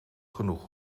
genoeg